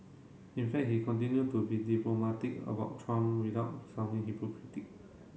in fact he continue to be diplomatic about Trump without sounding hypocritic